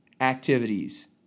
activities